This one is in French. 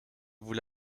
vous